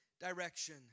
direction